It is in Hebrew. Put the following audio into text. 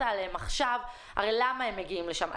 עליהם עכשיו ואמרת למה הם מגיעים לשם.